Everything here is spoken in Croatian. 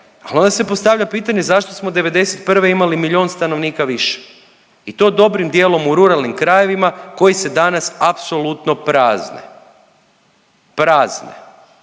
Ali onda se postavlja pitanje zašto smo '91. imali milijon stanovnika više i to dobrim dijelom u ruralnim krajevima koji se danas apsolutno prazne, prazne.